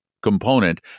component